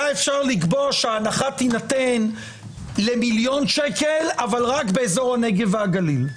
היה אפשר לקבוע שההנחה תינתן למיליון שקלים אבל רק באזור הנגב והגליל,